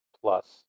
Plus